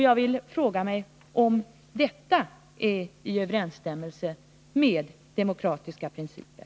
Jag frågar mig om detta är i överensstämmelse med demokratiska principer.